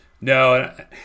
No